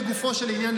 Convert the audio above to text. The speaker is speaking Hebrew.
לגופו של עניין,